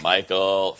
Michael